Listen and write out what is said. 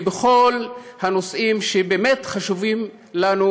בכל הנושאים שבאמת חשובים לנו,